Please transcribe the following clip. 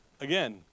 Again